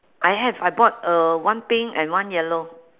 I have I bought uh one pink and one yellow